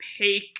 opaque